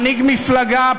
מנהיג מפלגה,